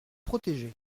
protéger